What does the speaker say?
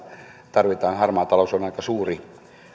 tarvitaan harmaa talous on aika suuri